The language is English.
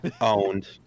Owned